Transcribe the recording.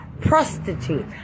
prostitute